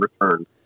return